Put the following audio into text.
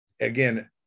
Again